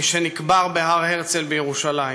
כשנקבר בהר-הרצל בירושלים.